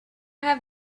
have